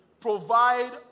provide